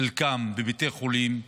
חלקם, בבתי חולים.